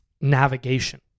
navigation